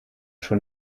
schon